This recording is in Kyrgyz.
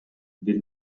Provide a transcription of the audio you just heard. бир